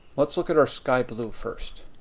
let's look at our sky blue first.